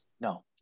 No